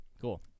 cool